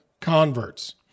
converts